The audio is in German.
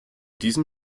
diesem